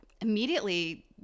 immediately